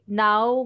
now